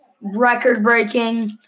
Record-breaking